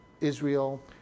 Israel